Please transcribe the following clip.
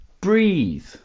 breathe